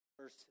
Verse